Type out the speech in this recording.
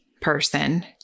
person